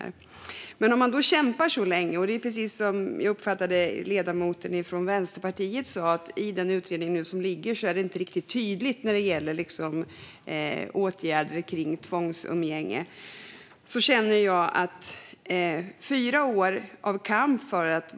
Efter fyra år av kamp för att våga ta fasta på centralt viktiga frågor blev det ändå inte det gehör som jag hade önskat, även om vi lyckades genomföra många viktiga reformer.